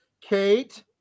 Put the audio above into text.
Kate